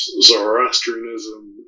Zoroastrianism